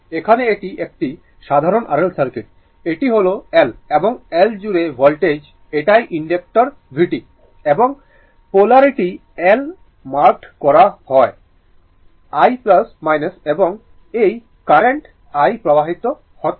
এখানে এটি একটি সাধারণ R L সার্কিট এটি হল L এবং L জুড়ে ভোল্টেজ এটাই ইনডাক্টর vt এবং পোলারিটি L মার্কড করা হয় I এবং এই কারেন্ট i প্রবাহিত হচ্ছে